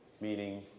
meaning